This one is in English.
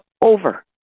over